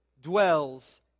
dwells